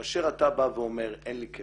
כאשר אתה בא ואומר אין לי כסף,